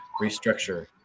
Restructure